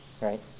Right